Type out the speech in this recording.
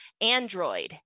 Android